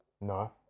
No